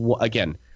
again